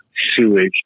sewage